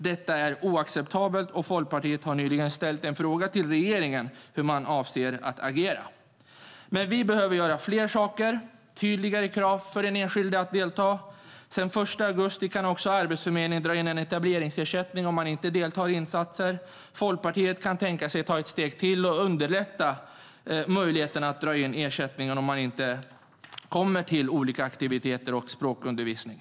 Detta är oacceptabelt, och Folkpartiet har nyligen ställt en fråga till regeringen om hur man avser att agera. Vi behöver göra fler saker. Det behövs tydligare krav för den enskilde att delta. Sedan den 1 augusti kan också Arbetsförmedlingen dra in etableringsersättningen för den som inte deltar i insatser. Folkpartiet kan tänka sig att ta ett steg till och underlätta möjligheten att dra in ersättningen om man inte kommer till olika aktiviteter och språkundervisning.